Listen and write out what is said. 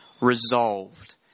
resolved